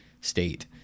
state